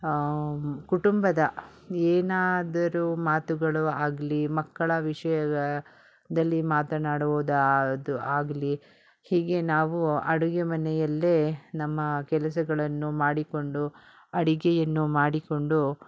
ಕುಟುಂಬದ ಏನಾದರು ಮಾತುಗಳು ಆಗಲಿ ಮಕ್ಕಳ ವಿಷಯದ ದಲ್ಲಿ ಮಾತನಾಡುವುದಾದು ಆಗಲಿ ಹೀಗೆ ನಾವು ಅಡುಗೆ ಮನೆಯಲ್ಲೇ ನಮ್ಮ ಕೆಲಸಗಳನ್ನು ಮಾಡಿಕೊಂಡು ಅಡುಗೆಯನ್ನು ಮಾಡಿಕೊಂಡು